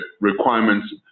requirements